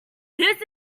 this